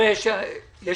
טוב.